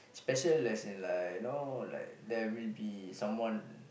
special as in like you know like there will be someone